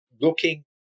looking